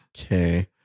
Okay